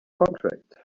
contract